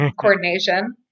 coordination